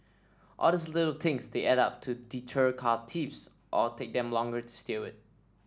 all these little things they add up to deter car thieves or take them longer to steal it